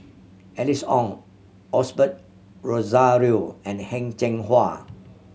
Alice Ong Osbert Rozario and Heng Cheng Hwa